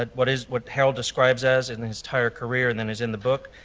but what is what harold's describes as in his entire career and that is in the book,